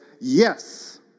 yes